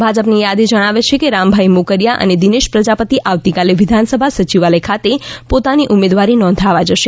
ભાજપની યાદી જણાવે છે કે રામભાઇ મોકરિયા અને દિનેશ પ્રજાપતિ આવતીકાલે વિધાનસભા સચિવાલય ખાતે પોતાની ઉમેદવારી નોંધાવવા જશે